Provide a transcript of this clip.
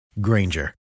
Granger